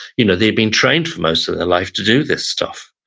you know they've been trained for most of their life to do this stuff.